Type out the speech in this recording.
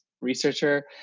researcher